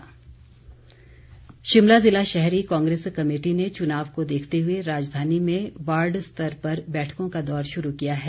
शिमला कांग्रेस शिमला ज़िला शहरी कांग्रेस कमेटी ने चुनाव को देखते हुए राजधानी में वार्ड स्तर पर बैठकों का दौर शुरू किया है